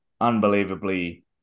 unbelievably